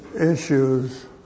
issues